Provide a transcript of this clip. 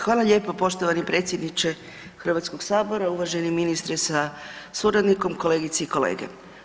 Hvala lijepo poštovani predsjedniče HS-a, uvaženi ministre sa suradnikom, kolegice i kolege.